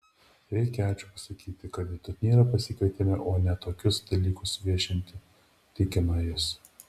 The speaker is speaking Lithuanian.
reikia ačiū pasakyti kad į turnyrą pasikvietėme o ne tokius dalykus viešinti tikino jis